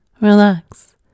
relax